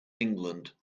england